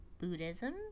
Buddhism